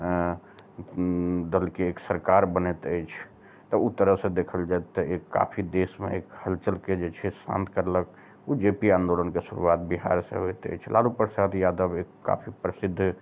दलके एक सरकार बनैत अछि तऽ ओ तरह सऽ देखल जाएत तऽ एक काफी देशमे एक हलचलके जे छै शान्त कयलक ओ जे पी आन्दोलनके शुरुआत बिहारसए होइत अइछ लालू प्रसाद यादव एक काफी प्रसिद्ध